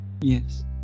Yes